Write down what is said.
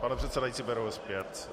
Pane předsedající, beru ho zpět.